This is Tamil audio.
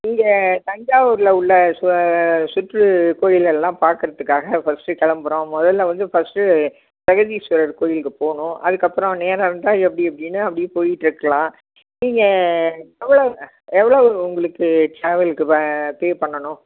இங்க தஞ்சாவூர்ல உள்ள சு சுற்று கோயில்கள்லாம் பார்க்கறதுக்காக ஃபஸ்ட்டு கிளம்புறோம் மொதலில் வந்து ஃபஸ்ட்டு பிரகதீஸ்வரர் கோயிலுக்கு போகணும் அதுக்கப்புறம் நேரம் இருந்தால் எப்படி எப்படின்னு அப்படியே போயிகிட்ருக்கலாம் நீங்கள் எவ்வளோங்க எவ்வளோவு உங்களுக்கு ட்ராவலுக்கு வ பே பண்ணணும்